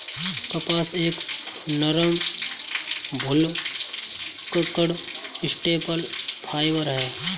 कपास एक नरम, भुलक्कड़ स्टेपल फाइबर है